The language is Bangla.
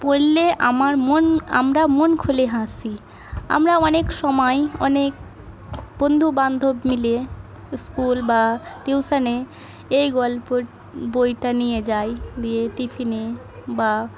পড়লে আমার মন আমরা মন খুলে হাসি আমরা অনেক সময় অনেক বন্ধুবান্ধব মিলে স্কুল বা টিউশনে এই গল্পের বইটা নিয়ে যাই দিয়ে টিফিনে বা